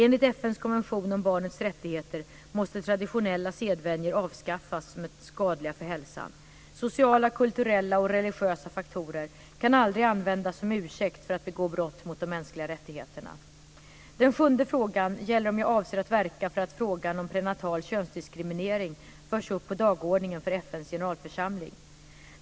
Enligt FN:s konvention om barnets rättigheter måste traditionella sedvänjor avskaffas som är skadliga för hälsan. Sociala, kulturella och religiösa faktorer kan aldrig användas som ursäkt för att begå brott mot de mänskliga rättigheterna. Den sjunde frågan gäller om jag avser att verka för att frågan om prenatal könsdiskriminering förs upp på dagordningen för FN:s generalförsamling.